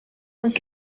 les